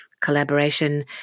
collaboration